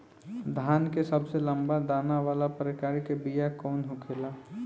धान के सबसे लंबा दाना वाला प्रकार के बीया कौन होखेला?